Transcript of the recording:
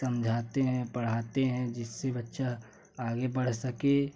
समझाते हैं पढ़ाते हैं जिससे बच्चा आगे बढ़ सके